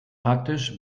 praktisch